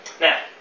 Now